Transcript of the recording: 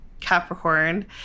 Capricorn